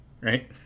right